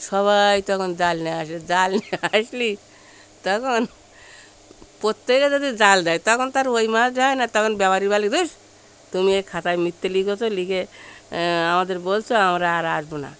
সবাই তখন জাল নিয়ে আসে জাল নিয়ে আসলে তখন প্রত্যেকে যদি জাল দেয় তখন তো আর ওই মাছ হয় না তখন ব্যাপারী বলে ধুস তুমি এই খাতায় মিথ্যে লিখেছ লিখে আমাদের বলছ আমরা আর আসব না